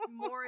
more